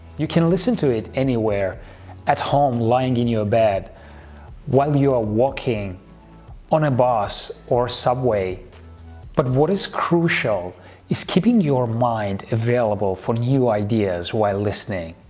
you can listen to it anywhere at home lying in your bed while you are walking on a bus or subway but what is crucial is keeping your mind available for new ideas while listening